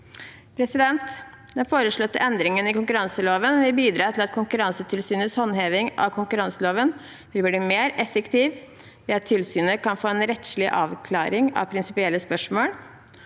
Den foreslåtte endringen i konkurranseloven vil bidra til at Konkurransetilsynets håndheving av konkurranseloven blir mer effektiv ved at tilsynet kan få en rettslig avklaring i prinsipielle spørsmål